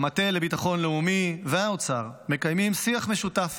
המטה לביטחון לאומי והאוצר מקיימים שיח משותף